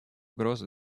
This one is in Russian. угрозу